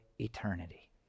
eternity